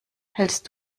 hältst